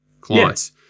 clients